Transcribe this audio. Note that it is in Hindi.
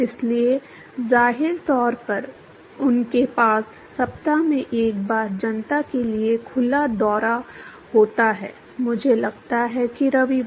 इसलिए जाहिर तौर पर उनके पास सप्ताह में एक बार जनता के लिए खुला दौरा होता है मुझे लगता है कि रविवार